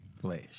flesh